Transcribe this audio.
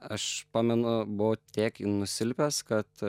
aš pamenu buvo tiek į nusilpęs kad